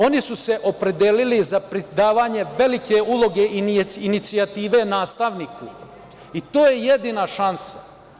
Oni su se opredelili za pridavanje velike uloge i inicijative nastavniku i to je jedina šansa.